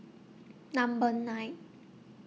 Number nine